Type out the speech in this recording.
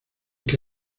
que